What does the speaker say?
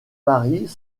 paris